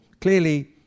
clearly